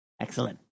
Excellent